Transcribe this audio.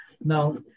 Now